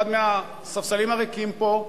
אחד מהספסלים הריקים פה.